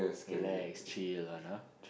relax chill one ah